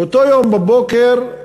באותו יום, בבוקר,